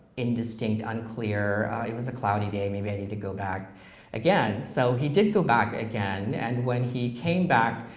indistinct, unclear. it was a cloudy day, maybe i need to go back again. so he did go back again, and when he came back,